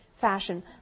fashion